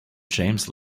james